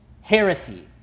heresy